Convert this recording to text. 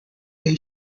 they